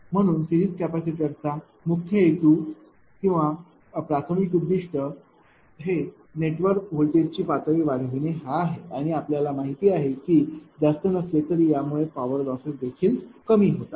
म्हणून सिरीज कॅपेसिटरचा मुख्य हेतू किंवा प्राथमिक उद्दीष्ट नेटवर्क व्होल्टेज ची पातळी वाढविणे हा आहे आणि आपल्याला माहित आहे की जास्त नसले तरी यामुळे पॉवर लॉसेस देखील कमी होतात